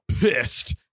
pissed